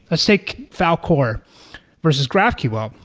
let's take falcor versus graphql.